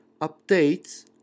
updates